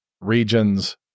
regions